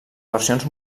versions